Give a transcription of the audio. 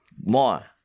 More